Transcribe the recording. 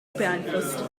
beeinflusst